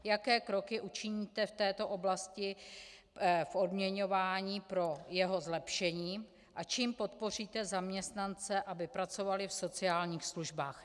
Jaké kroky učiníte v této oblasti v odměňování pro jeho zlepšení a čím podpoříte zaměstnance, aby pracovali v sociálních službách?